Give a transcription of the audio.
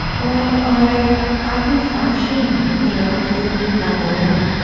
well, i i can function, you know i feel quite normal.